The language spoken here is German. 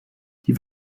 die